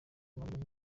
w’amaguru